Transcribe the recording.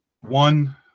one